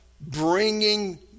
Bringing